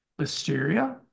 Listeria